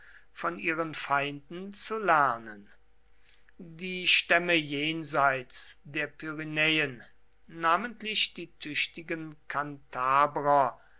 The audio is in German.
von ihren feinden zu lernen die stämme jenseits der pyrenäen namentlich die tüchtigen